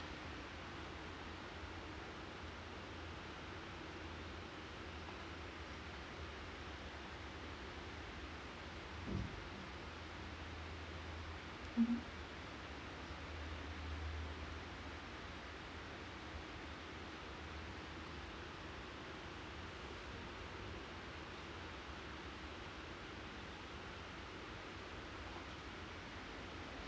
mmhmm